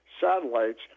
satellites